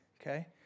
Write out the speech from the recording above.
okay